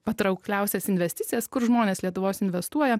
patraukliausias investicijas kur žmonės lietuvos investuoja